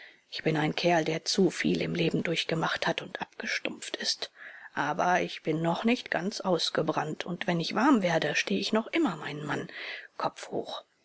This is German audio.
ich bin ein kerl der zuviel im leben durchgemacht hat und abgestumpft ist aber ich bin noch nicht ganz ausgebrannt und wenn ich warm werde stehe ich noch immer meinen mann kopf hoch